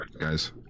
guys